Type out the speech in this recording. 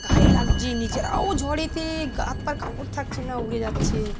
গায়ে লাগছে নিজেরাও ঝড়েতে গা হাত পা কাপড় থাকছে না উড়ে যাচ্ছে